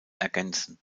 ergänzen